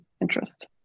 interest